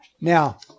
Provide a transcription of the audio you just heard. Now